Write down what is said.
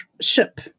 ship